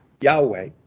Yahweh